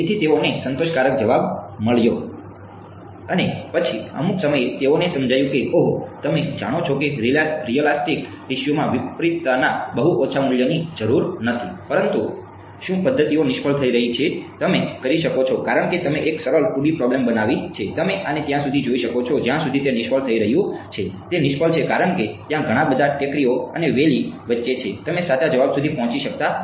તેથી તેઓને સંતોષકારક જવાબ મળ્યો અને પછી અમુક સમયે તેઓને સમજાયું કે ઓહ તમે જાણો છો કે રીયલાસ્ટીક ટીસ્યુમાં વિપરીતતાના બહુ ઓછા મૂલ્યોની જરૂર નથી પરંતુ શું પદ્ધતિઓ નિષ્ફળ થઈ રહી છે તમે કરી શકો છો કારણ કે તમે એક સરળ 2 D પ્રોબેલ્મ બનાવી છે તમે આને ત્યાં સુધી જોઈ શકો છો જ્યાં સુધી તે નિષ્ફળ થઈ રહ્યું છે તે નિષ્ફળ છે કારણ કે ત્યાં ઘણા બધા ટેકરીઓ અને વેલી વચ્ચે છે કે તમે સાચા જવાબ સુધી પહોંચી શકતા નથી